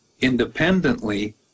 independently